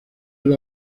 del